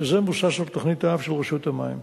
כשזה מבוסס על תוכנית האב של רשות המים.